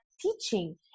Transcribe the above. teaching